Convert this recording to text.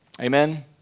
Amen